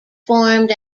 formed